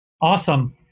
Awesome